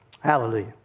Hallelujah